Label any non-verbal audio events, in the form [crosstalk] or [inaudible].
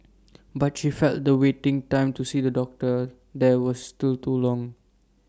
[noise] but she felt the waiting time to see A doctor there was still too long